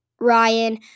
Ryan